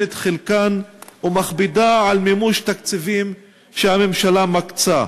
את חלקן ומכבידה עליהן במימוש תקציבים שהממשלה מקצה.